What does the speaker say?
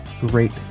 great